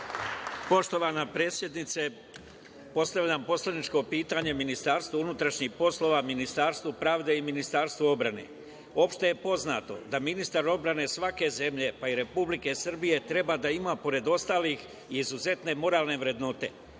Poštovana predsednice, postavljam poslaničko pitanje MUP-u, Ministarstvu pravde i Ministarstvu odbrane. Opšte je poznato da ministar odbrane svake zemlje, pa i Republike Srbije, treba da ima, pored ostalih, izuzetne moralne vrednote.